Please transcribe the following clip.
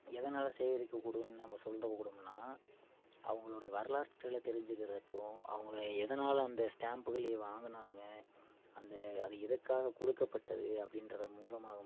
எதனால சேகரிக்க கூடுதுன்னு நம்ம சொல்கிற கூடம்னால் அவங்களுடைய வரலாற்றில் தெரிஞ்சிக்கிறதுக்கும் அவங்க எதனால அந்த ஸ்டாம்புகளை வாங்குனாங்க அந்த அது எதற்காக கொடுக்கப்பட்டது அப்படின்றதை மூலமாக மட்டுந்தான்